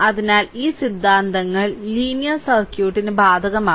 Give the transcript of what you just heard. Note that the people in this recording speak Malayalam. അതിനാൽ ഈ സിദ്ധാന്തങ്ങൾ ലീനിയർ സർക്യൂട്ടിന് ബാധകമാണ്